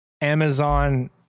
Amazon